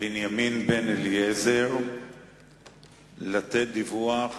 בנימין בן-אליעזר לתת דיווח